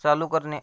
चालू करणे